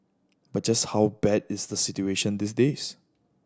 but just how bad is the situation these days